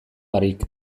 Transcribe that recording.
barik